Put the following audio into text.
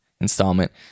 installment